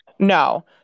No